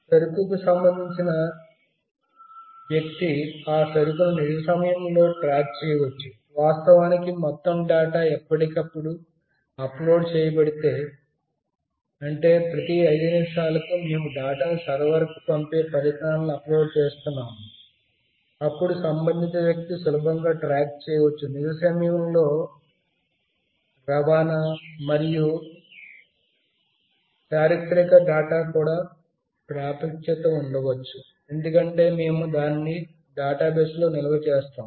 సరుకు కు సంబందించిన వ్యక్తి ఆ సరుకును నిజ సమయంలో ట్రాక్ చేయవచ్చు వాస్తవానికి మొత్తం డేటా ఎప్పటికప్పుడు అప్లోడ్ చేయబడి తే అంటే ప్రతి 5 నిమిషాలకు మేము డివైసెస్ ద్వారా వచ్చే డేటాను సర్వర్కు అప్లోడ్ చేస్తున్నాము అప్పుడు సంబంధిత వ్యక్తి సులభంగా ట్రాక్ చేయవచ్చు నిజ సమయంలో రవాణా మరియు చారిత్రక డేటాకు కూడా ప్రాప్యత ఉండవచ్చు ఎందుకంటే మేము దానిని డేటాబేస్లో నిల్వ చేస్తున్నాము